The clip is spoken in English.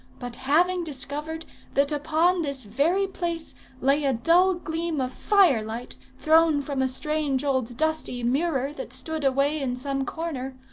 but having discovered that upon this very place lay a dull gleam of firelight thrown from a strange old dusty mirror that stood away in some corner,